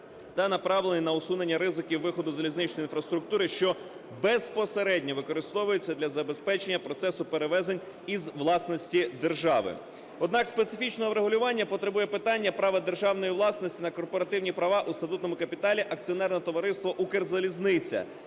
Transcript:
та направлений на усунення ризиків виходу залізничної інфраструктури, що безпосередньо використовується для забезпечення процесу перевезень із власності держави. Однак специфічного врегулювання потребує питання права державної власності на корпоративні права у статутному капіталі акціонерного товариства "Укрзалізниця"